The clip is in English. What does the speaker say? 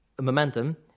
momentum